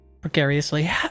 precariously